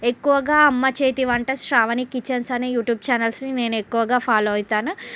ఎక్కువగా అమ్మ చేతి వంట శ్రావణి కిచెన్స్ అనే యూట్యూబ్ ఛానల్స్ నేను ఎక్కువగా ఫాలో అవుతాను